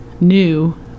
new